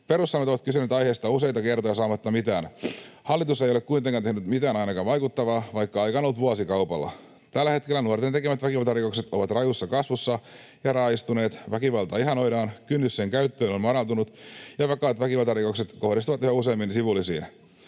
Perussuomalaiset ovat kysyneet aiheesta useita kertoja saamatta mitään vastausta. Hallitus ei ole kuitenkaan tehnyt mitään, ainakaan vaikuttavaa, vaikka aikaa on ollut vuosikaupalla. Tällä hetkellä nuorten tekemät väkivaltarikokset ovat rajussa kasvussa ja raaistuneet. Väkivaltaa ihannoidaan, kynnys sen käyttöön on madaltunut ja vakavat väkivaltarikokset kohdistuvat yhä useammin sivullisiin.